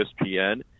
ESPN